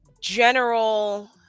general